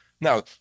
Now